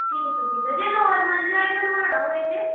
ਠੀਕ ਆ ਜੀ ਅਤੇ ਜੇ ਨੋਰਮਲ ਜਿਹਾ ਹੀ ਬਣਵਾਉਣਾ ਹੋਏ ਤਾਂ